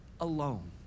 alone